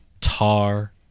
Tar